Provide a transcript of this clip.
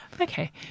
Okay